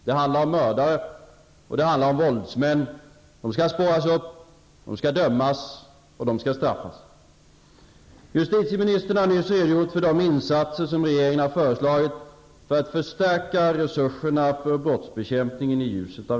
Det handlar om mördare och våldsmän, som skall spåras upp, dömas och straffas. Justitieministern har nyss redogjort för de insatser som regeringen har föreslagit för att förstärka resurserna till brottsbekämpningen.